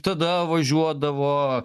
tada važiuodavo